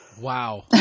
Wow